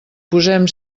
posem